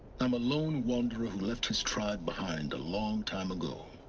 i'm a lone wanderer who left his tribe behind a long time ago